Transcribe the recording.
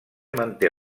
manté